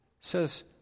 says